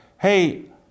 hey